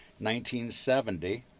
1970